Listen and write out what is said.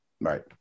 Right